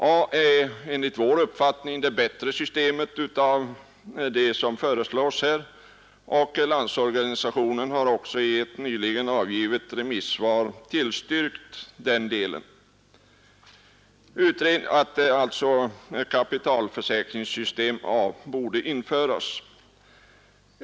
A är enligt vår uppfattning det bättre Förslag till skadesystemet av dem som föreslås, och Landsorganisationen har också i ett ståndslag, m.m. nyligen avgivet remissvar tillstyrkt att kapitalförsäkringssystem A införes.